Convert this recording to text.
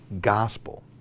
gospel